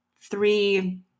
three